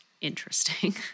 interesting